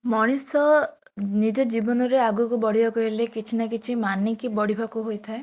ମଣିଷ ନିଜ ଜୀବନରେ ଆଗକୁ ବଢ଼ିବାକୁ ହେଲେ କିଛି ନା କିଛି ମାନିକି ବଢ଼ିବାକୁ ହୋଇଥାଏ